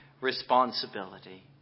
responsibility